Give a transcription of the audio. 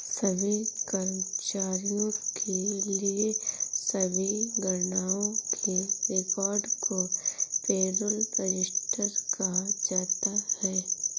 सभी कर्मचारियों के लिए सभी गणनाओं के रिकॉर्ड को पेरोल रजिस्टर कहा जाता है